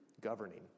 governing